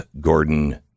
gordon